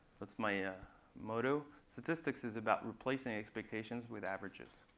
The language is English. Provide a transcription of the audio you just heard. what's my ah motto? statistics is about replacing expectations with averages.